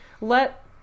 let